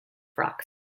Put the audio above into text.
frocks